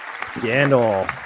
scandal